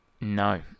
No